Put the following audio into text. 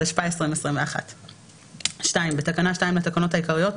התשפ"א 2021,". בתקנה 2 לתקנות העיקריות,